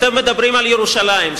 אתם מדברים על ירושלים.